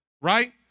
Right